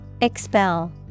Expel